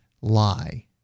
lie